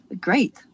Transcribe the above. great